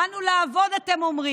באנו לעבוד, אתם אומרים.